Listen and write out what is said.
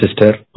sister